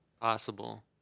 possible